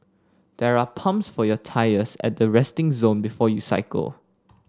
there are pumps for your tyres at the resting zone before you cycle